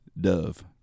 Dove